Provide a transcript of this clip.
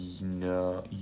No